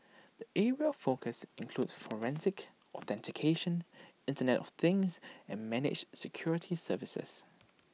the areas of focus include forensics authentication Internet of things and managed security services